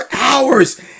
hours